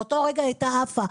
באותו רגע הייתה עפה.